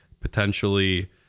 potentially